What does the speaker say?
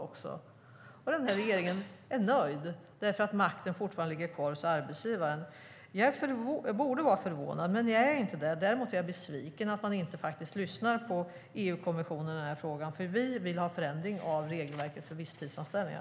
Och regeringen är nöjd eftersom makten ligger kvar hos arbetsgivaren. Jag borde vara förvånad, men jag är det inte. Däremot är jag besviken över att regeringen inte lyssnar på EU-kommissionen i den här frågan. Vi vill ha ändring av regelverket för visstidsanställningar.